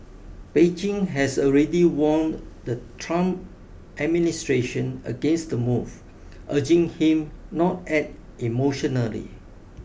Beijing has already warned the Trump administration against the move urging him not act emotionally